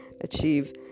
achieve